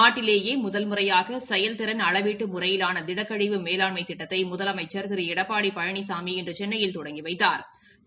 நாட்டிலேயே முதல் முறையாக செயல்திறன் அளவீட்டு முறையிலான திடக்கழிவு மேலான்மை திட்டத்தை முதலமைச்ச் திரு எடப்பாடி பழனிசாமி இன்று சென்னையில் தொடங்கி வைத்தாா்